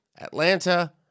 Atlanta